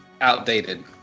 outdated